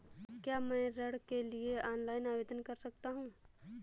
क्या मैं ऋण के लिए ऑनलाइन आवेदन कर सकता हूँ?